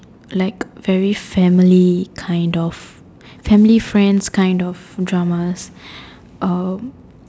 like very family kind of family friends kind of dramas um